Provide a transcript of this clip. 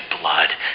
blood